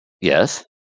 Yes